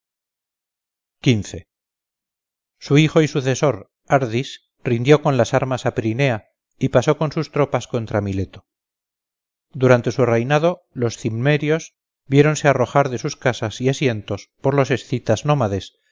su hijo y sucesor ardys rindió con las armas a prinea y pasó con sus tropas contra mileto durante su reinado los cimmerios viéndose arrojar de sus casas y asientos por los escitas nómades